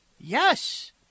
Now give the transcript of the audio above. Yes